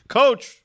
coach